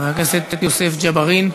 חבר הכנסת יוסף ג'בארין,